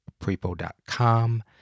prepo.com